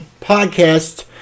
podcast